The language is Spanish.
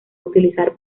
utilizar